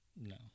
no